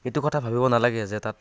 এইটো কথা ভাবিব নালাগে যে তাত